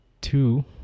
Two